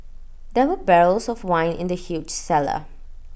there were barrels of wine in the huge cellar